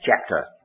chapter